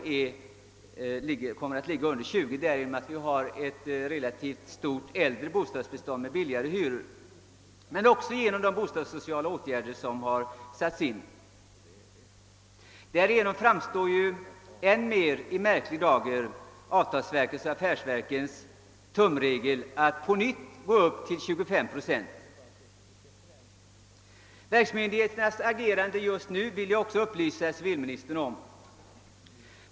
Härvid måste man då ta hänsyn till att det i Göteborg finns ett relativt stort äldre bostadsbestånd med låga hyror. Även bostadssociala åtgärder har dock medverkat. Därigenom framstår i en märkligare dager avtalsverkets och affärsverkens tumregel att på nytt gå upp till 25 procent. Verksmyndigheternas agerande just nu vill jag också upplysa civilministern om.